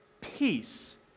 peace